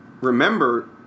remember